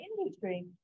industry